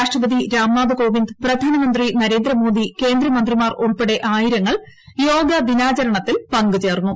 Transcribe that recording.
രാഷ്ട്രപതി രംനാഥ് കോവിന്ദ് പ്രധാനമന്ത്രി നരേന്ദ്രമോദി കേന്ദ്രമന്ത്രിമാർ ഉൾപ്പടെ ആയിരങ്ങൾ യോഗദിനാചരണത്തിൽ പങ്കുചേർന്നു